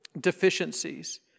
deficiencies